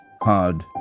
hard